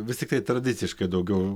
vis tiktai tradiciškai daugiau